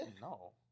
No